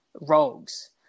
rogues